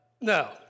No